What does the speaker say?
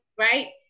right